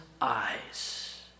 eyes